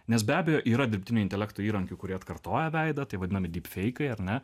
nes be abejo yra dirbtinio intelekto įrankių kurie atkartoja veidą taip vadinami dip feikai ar ne